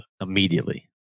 immediately